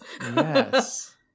Yes